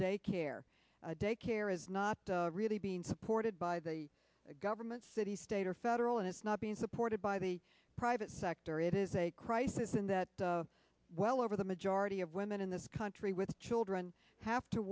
daycare a daycare is not really being supported by the government city state or federal and it's not being supported by the private sector it is a crisis in that well over the majority of women in this country with children have to